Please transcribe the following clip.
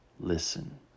Listen